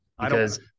Because-